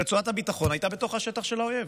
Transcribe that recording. רצועת הביטחון הייתה בתוך השטח של האויב,